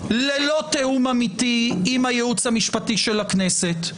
ללא תיאום אמיתי עם הייעוץ המשפטי של הכנסת,